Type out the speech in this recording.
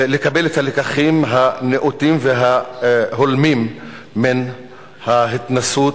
לקבל את הלקחים הנאותים וההולמים מן ההתנסות